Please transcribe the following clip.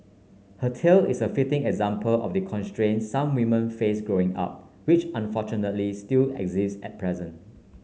her tale is a fitting example of the constraints some women face Growing Up which unfortunately still exist at present